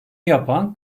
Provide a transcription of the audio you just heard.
yapan